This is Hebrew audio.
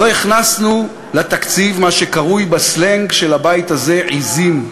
לא הכנסנו לתקציב מה שקרוי בסלנג של הבית הזה "עזים",